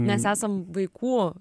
nes esam vaikų